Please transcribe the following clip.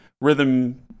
rhythm